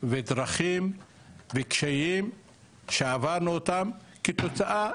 דרכים וקשיים שעברנו אותם כתוצאה